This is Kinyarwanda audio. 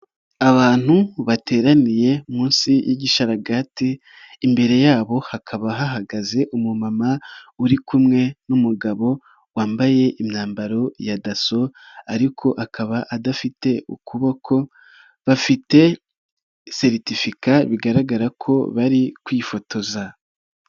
Abantu bateraniye munsi y'igisharaga, imbere yabo hakaba hahagaze umumama uri kumwe n'umugabo wambaye imyambaro ya Dasso ariko akaba adafite ukuboko, bafite seretifika bigaragara ko bari kwifotoza.